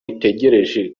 itegereje